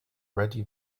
ready